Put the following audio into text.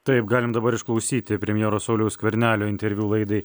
taip galim dabar išklausyti premjero sauliaus skvernelio interviu laidai